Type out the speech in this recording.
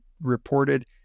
reported